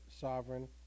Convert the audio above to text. sovereign